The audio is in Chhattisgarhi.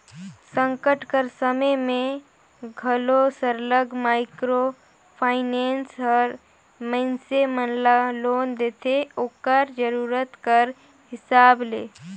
संकट कर समे में घलो सरलग माइक्रो फाइनेंस हर मइनसे मन ल लोन देथे ओकर जरूरत कर हिसाब ले